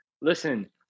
Listen